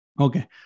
Okay